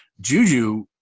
Juju